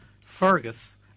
Fergus